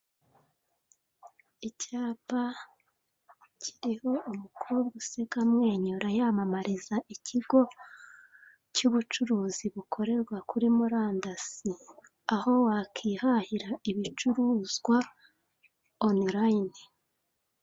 Icyapa kiriho umukobwa useka amwenyura yamamariza ikigo cy'ubucuruzi bukorerwa kuri murandasi, aho wakihahira ibicuruzwa onulayini.